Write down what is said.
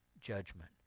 judgment